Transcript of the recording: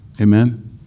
Amen